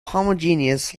homogeneous